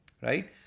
Right